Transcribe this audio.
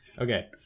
Okay